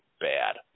bad